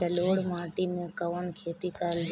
जलोढ़ माटी में कवन खेती करल जाई?